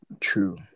true